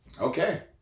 Okay